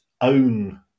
own